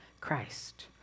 Christ